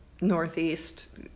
northeast